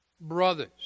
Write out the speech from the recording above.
Brothers